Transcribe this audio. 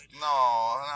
no